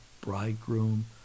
bridegroom